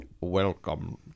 Welcome